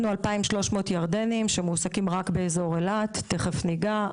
2,300 ירדנים שמועסקים רק באזור אילת, תכף נגע.